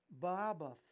baba